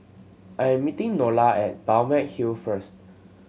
I'm meeting Nola at Balmeg Hill first